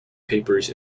papers